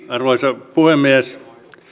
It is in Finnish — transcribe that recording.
arvoisa puhemies